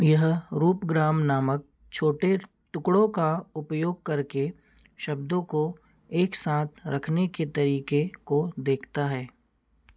यह रूपग्राम नामक छोटे टुकड़ों का उपयोग करके शब्दों को एक साथ रखने के तरीके को देखता है